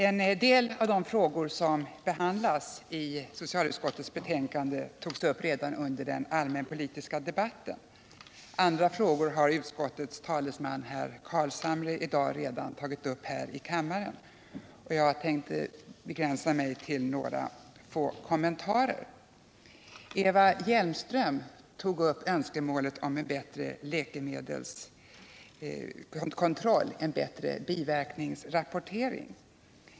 En del av de frågor som behandlas i socialutskottets betänkande berördes redan under den allmänpolitiska debatten. Andra frågor har utskottets talesman, herr Carlshamre, i dag redan tagit upp i kammaren. Jag tänkte begränsa mig till några få kommentarer. Eva Hjelmström tog upp önskemålet om en bättre läkemedelskontroll, en bättre biverkningsrapportering.